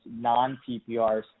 non-PPRs